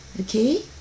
Okay